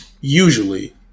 usually